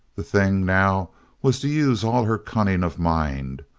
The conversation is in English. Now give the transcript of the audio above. the thing now was to use all her cunning of mind,